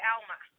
Alma